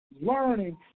Learning